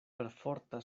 perforta